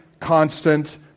constant